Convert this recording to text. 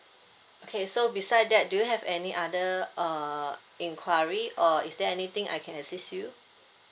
okay so besides that do you have any other uh enquiry or is there anything I can assist you